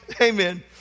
Amen